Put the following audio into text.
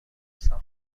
سهام